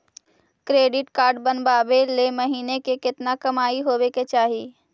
Credit card बनबाबे ल महीना के केतना कमाइ होबे के चाही?